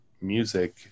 music